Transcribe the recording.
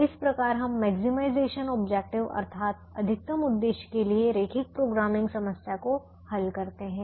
तो इस प्रकार हम मैक्सिमाइजेशन ऑब्जेक्टिव अर्थात अधिकतम उद्देश्य के लिए रैखिक प्रोग्रामिंग समस्या को हल करते हैं